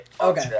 okay